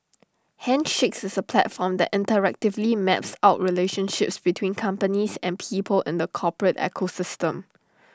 handshakes is A platform that interactively maps out relationships between companies and people in the corporate ecosystem